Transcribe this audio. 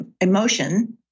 emotion